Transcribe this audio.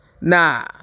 Nah